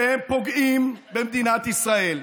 שהם פוגעים במדינת ישראל,